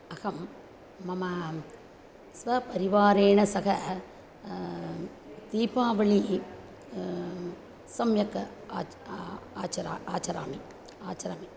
अहं मम स्वपरिवारेण सह दीपावलिः सम्यक् आच् आचरामि आचरामि आचरामि